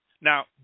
Now